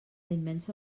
immensa